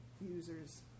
users